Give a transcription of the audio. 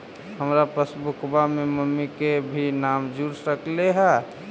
हमार पासबुकवा में मम्मी के भी नाम जुर सकलेहा?